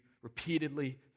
repeatedly